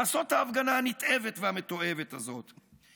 לעשות את ההפגנה הנתעבת והמתועבת הזאת?